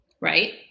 Right